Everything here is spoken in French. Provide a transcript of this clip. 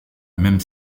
même